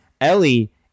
Ellie